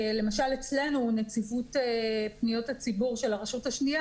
למשל אצלנו נציבות פניות הציבור של הרשות השניה